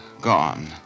gone